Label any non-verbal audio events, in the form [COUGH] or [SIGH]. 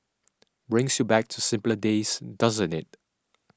[NOISE] brings you back to simpler days doesn't it [NOISE]